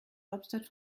hauptstadt